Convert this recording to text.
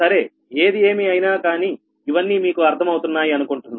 సరే ఏది ఏమి అయినా కానీ ఇవన్నీ మీకు అర్థం అవుతున్నాయి అనుకుంటున్నా